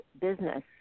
business